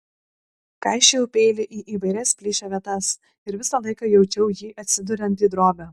kaišiojau peilį į įvairias plyšio vietas ir visą laiką jaučiau jį atsiduriant į drobę